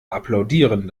applaudieren